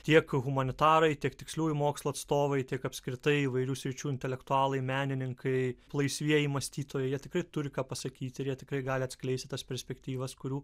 tiek humanitarai tiek tiksliųjų mokslų atstovai tiek apskritai įvairių sričių intelektualai menininkai laisvieji mąstytojai jie tikrai turi ką pasakyti ir jie tikrai gali atskleisti tas perspektyvas kurių